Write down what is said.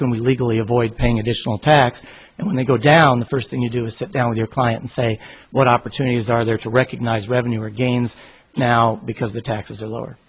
can we legally avoid paying additional tax and when they go down the first thing you do is sit down with your client and say what opportunities are there to recognize revenue or gains now because the taxes are lower